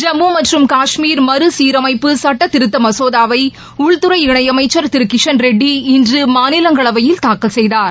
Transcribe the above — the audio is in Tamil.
ஜம்மு மற்றும் காஷ்மீர் மறுசீரமைப்பு சட்டத்திருத்த மசோதாவை உள்துறை இணை அமைச்சர் திரு கிஷன் ரொட்டி இன்று மாநிலங்களவையில் இன்று தாக்கல் செய்தார்